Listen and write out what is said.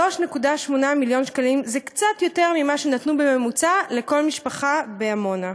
3.8 מיליון שקלים זה קצת יותר ממה שנתנו בממוצע לכל משפחה בעמונה.